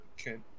okay